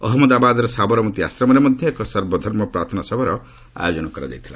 ଅହଜ୍ଞଦାବାଦର ସାବରମତି ଆଶ୍ରମରେ ମଧ୍ୟ ଏକ ସର୍ବଧର୍ମ ପ୍ରାର୍ଥନା ସଭାର ଆୟୋଜନ କରାଯାଇଥିଲା